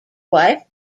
wife